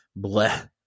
bleh